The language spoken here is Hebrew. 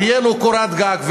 תהיה לו קורת גג,